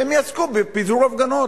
והם יעסקו בפיזור הפגנות.